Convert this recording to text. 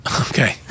Okay